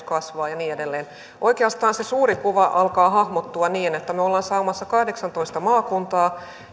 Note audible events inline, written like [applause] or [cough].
[unintelligible] kasvaa ja niin edelleen oikeastaan se suuri kuva alkaa hahmottua niin että me olemme saamassa kahdeksantoista maakuntaa